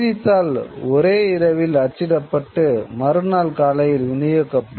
செய்தித்தாள்கள் ஒரே இரவில் அச்சிடப்பட்டு மறுநாள் காலையில் விநியோக்கிப்படும்